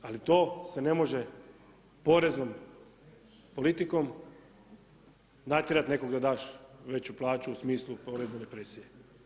Ali to se ne može poreznom politikom natjerati nekog da daš veću plaću u smislu porezne represije.